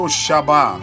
shaba